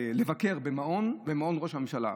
לבקר במעון ראש הממשלה.